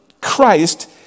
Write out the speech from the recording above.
Christ